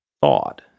thought